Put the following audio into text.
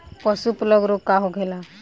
पशु प्लग रोग का होखेला?